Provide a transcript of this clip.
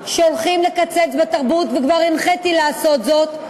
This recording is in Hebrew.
שהולכים לקצץ בתרבות, וכבר הנחיתי לעשות זאת.